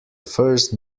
first